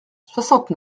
soixante